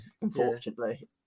unfortunately